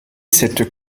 cette